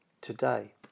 today